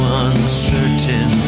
uncertain